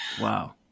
Wow